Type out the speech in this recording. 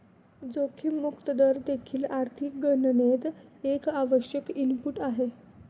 जोखीम मुक्त दर देखील आर्थिक गणनेत एक आवश्यक इनपुट आहे